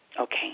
Okay